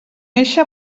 eixa